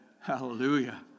Hallelujah